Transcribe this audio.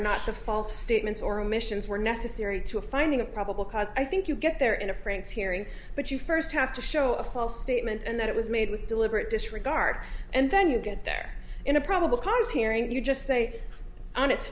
not the false statements or omissions were necessary to a finding of probable cause i think you get there in a friend's hearing but you first have to show a false statement and that it was made with deliberate disregard and then you get there in a probable cause hearing you just say on